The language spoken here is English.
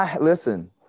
listen